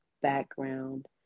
background